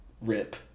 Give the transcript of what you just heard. rip